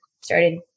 started